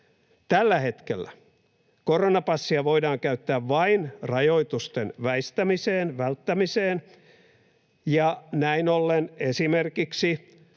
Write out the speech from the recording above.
Tällä hetkellä koronapassia voidaan käyttää vain rajoitusten väistämiseen ja välttämiseen, ja näin ollen esimerkiksi